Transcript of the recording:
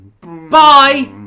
Bye